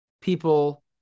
people